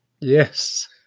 Yes